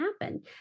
happen